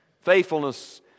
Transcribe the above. faithfulness